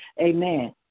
amen